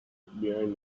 behind